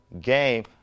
game